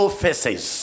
faces